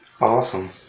Awesome